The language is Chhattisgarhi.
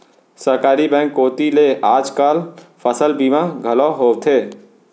सहकारी बेंक कोती ले आज काल फसल बीमा घलौ होवथे